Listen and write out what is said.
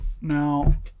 Now